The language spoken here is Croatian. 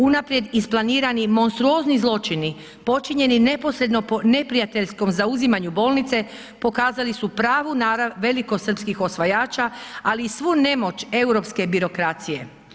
Unaprijed isplanirani monstruozni zločini počinjeni neposredno po neprijateljskom zauzimanju bolnice pokazali su pravu narav velikosrpskih osvajača, ali i svu nemoć europske birokracije.